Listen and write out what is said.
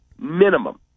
Minimum